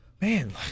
man